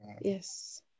Yes